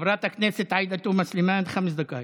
חברת הכנסת עאידה תומא סלימאן, חמש דקות.